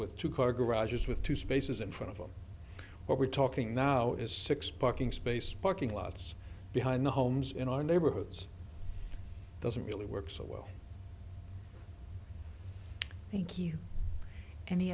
with two car garages with two spaces in front of them what we're talking now is six parking space parking lots behind the homes in our neighborhoods doesn't really work so well thank you any